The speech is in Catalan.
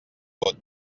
vot